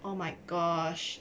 oh my gosh